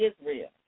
Israel